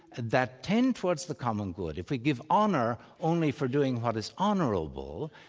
that tend towards the common good. if we give honour only for doing what is honourable,